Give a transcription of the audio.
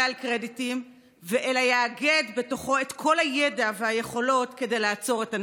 על קרדיטים אלא יאגד בתוכו את כל הידע והיכולות כדי לעצור את הנגיף.